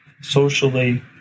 socially